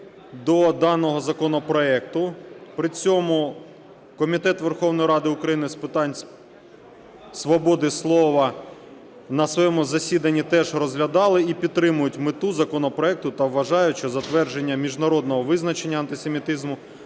до даного законопроекту. При цьому Комітет Верховної Ради України з питань свободи слова на своєму засідання теж розглядали і підтримують мету законопроекту та вважають, що затвердження міжнародного визначення антисемітизму